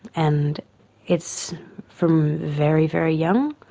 and it's from very, very young,